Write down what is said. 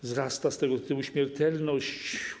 Wzrasta z tego powodu śmiertelność.